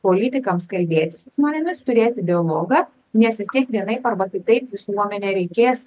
politikams kalbėtis su žmonėmis turėti dialogą nes vistiek vienaip arba kitaip visuomenę reikės